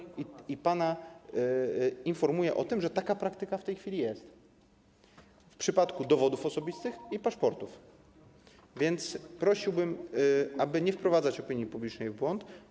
Informuję pana o tym, że taka praktyka w tej chwili jest w przypadku dowodów osobistych i paszportów, więc prosiłbym, aby nie wprowadzać opinii publicznej w błąd.